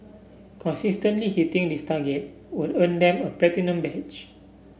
consistently hitting this target will earn them a platinum badge